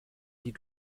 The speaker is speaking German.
die